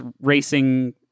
racing